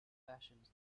fashions